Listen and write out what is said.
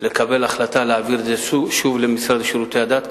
לקבל החלטה להעביר את זה שוב למשרד לשירותי הדת.